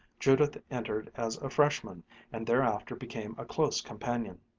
judith entered as a freshman and thereafter became a close companion.